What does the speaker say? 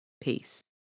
Peace